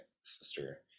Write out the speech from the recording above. sister